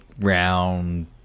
round